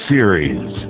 Series